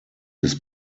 des